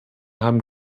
haben